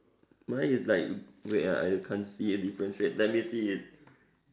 mine is like wait ah I can't see a difference wait let me see it's